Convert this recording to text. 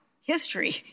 history